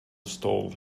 stall